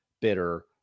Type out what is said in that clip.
bitter